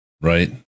right